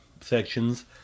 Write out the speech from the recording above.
sections